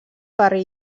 barri